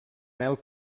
mel